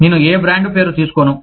నేను ఏ బ్రాండ్ పేరు తీసుకోను